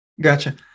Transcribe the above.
Gotcha